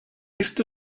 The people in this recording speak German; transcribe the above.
ist